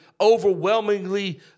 overwhelmingly